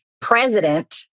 president